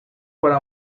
para